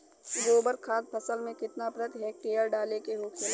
गोबर खाद फसल में कितना प्रति हेक्टेयर डाले के होखेला?